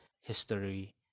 history